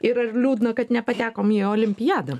ir ar liūdna kad nepatekom į olimpiadą